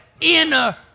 inner